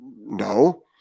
no